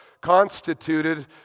constituted